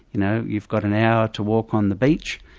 you know you've got an hour to walk on the beach,